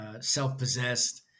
self-possessed